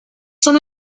son